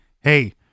hey